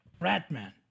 Ratman